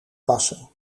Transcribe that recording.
passen